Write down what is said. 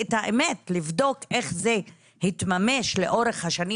את האמת, לבדוק איך זה התממש לאורך השנים.